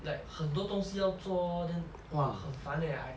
like 很多东西要做 lor then !wah! 很烦 eh I